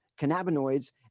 cannabinoids